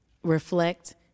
reflect